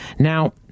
Now